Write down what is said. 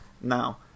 Now